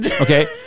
Okay